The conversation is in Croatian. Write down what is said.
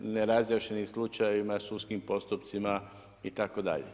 nerazjašnjenim slučajevima, sudskim postupcima itd.